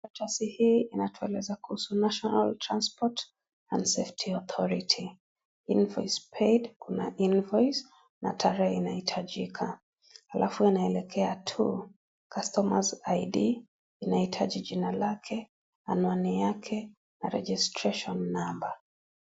Karatasi hii inatueleza kuhusu National Transport and Safety Authority. Invoice paid . Kuna Invoice na tarehe inayohitajika halafu yanaelekea two, customer's ID inahitaji jina lake, anwani yake na registration number